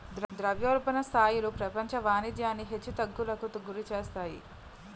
ద్రవ్యోల్బణ స్థాయిలు ప్రపంచ వాణిజ్యాన్ని హెచ్చు తగ్గులకు గురిచేస్తాయి